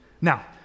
Now